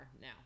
now